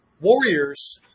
Warriors